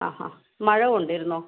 ആ ആ മഴകൊണ്ടിരുന്നോ